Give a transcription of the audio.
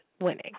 winning